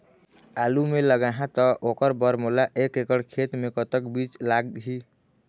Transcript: आलू मे लगाहा त ओकर बर मोला एक एकड़ खेत मे कतक बीज लाग ही?